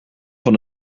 van